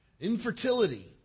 infertility